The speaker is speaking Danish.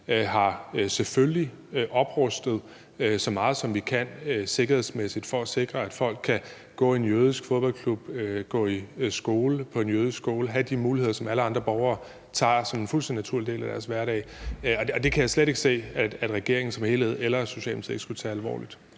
har oprustet så meget, som vi kan, for at sikre, at folk kan gå i en jødisk fodboldklub, at man kan gå på en jødisk skole, og at man kan have de muligheder, som alle andre borgere tager som en fuldstændig naturlig del af deres hverdag. Og det kan jeg slet ikke se at Socialdemokratiet eller at regeringen som helhed ikke skulle tage alvorligt.